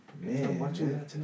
Man